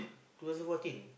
two thousand fourteen